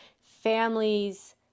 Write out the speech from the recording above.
families